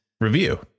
review